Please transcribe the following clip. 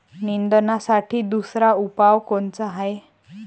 निंदनासाठी दुसरा उपाव कोनचा हाये?